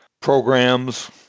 programs